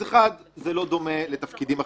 אחד, זה לא דומה לתפקידים אחרים.